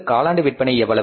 காலாண்டு விற்பனை எவ்வளவு